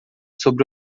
sobre